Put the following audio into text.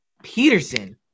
Peterson